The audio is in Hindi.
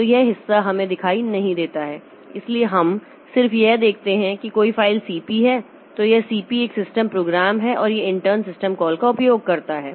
तो यह हिस्सा हमें दिखाई नहीं देता है इसलिए हम सिर्फ यह देखते हैं कि कोई फाइल cp तो यह cp एक सिस्टम प्रोग्राम है और यह इंटर्न सिस्टम कॉल का उपयोग करता है